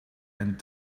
and